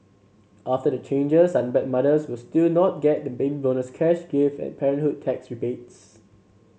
after the changes unwed mothers will still not get the Baby Bonus cash gift and parenthood tax rebates